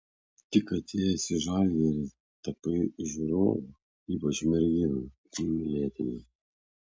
tik atėjęs į žalgirį tapai žiūrovų ypač merginų numylėtiniu